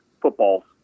football